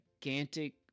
gigantic